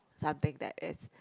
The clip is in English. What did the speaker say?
something that is